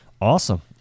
Awesome